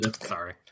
Sorry